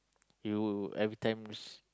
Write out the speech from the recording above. you every times